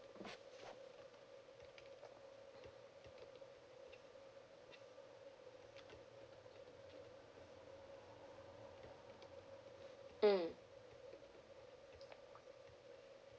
mm